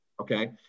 Okay